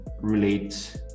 relate